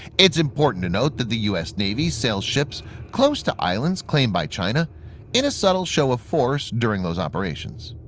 it is important to note that the u s navy sails ships close to islands claimed by china in a subtle show of force during those operations.